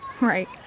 Right